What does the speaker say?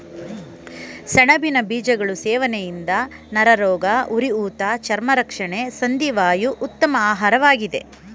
ಸೆಣಬಿನ ಬೀಜಗಳು ಸೇವನೆಯಿಂದ ನರರೋಗ, ಉರಿಊತ ಚರ್ಮ ರಕ್ಷಣೆ ಸಂಧಿ ವಾಯು ಉತ್ತಮ ಆಹಾರವಾಗಿದೆ